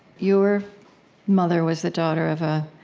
your mother was the daughter of a,